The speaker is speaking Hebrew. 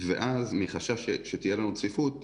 ואז מחשש שתהיה לנו צפיפות,